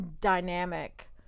dynamic